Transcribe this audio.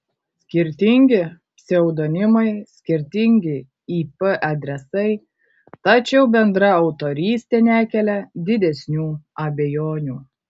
skirtingi pseudonimai skirtingi ip adresai tačiau bendra autorystė nekelia didesnių abejonių